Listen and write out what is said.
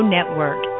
Network